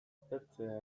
aztertzea